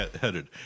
headed